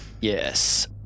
Yes